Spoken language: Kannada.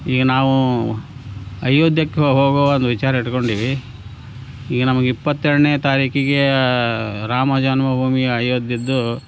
ಈಗ ನಾವು ಅಯೋಧ್ಯೆಗ್ ಹೋಗುವ ಒಂದು ವಿಚಾರ ಇಟ್ಟುಕೊಂಡೀವಿ ಈಗ ನಮಗೆ ಇಪ್ಪತ್ತೆರಡನೆ ತಾರೀಖಿಗೆ ರಾಮ ಜನ್ಮ ಭೂಮಿ ಅಯೋಧ್ಯೆದು